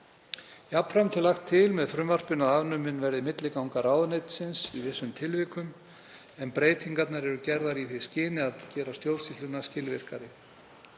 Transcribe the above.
Jafnframt er lagt til með frumvarpinu að afnumin verði milliganga ráðuneytisins í vissum tilvikum en breytingarnar eru gerðar í því skyni að gera stjórnsýsluna skilvirkari.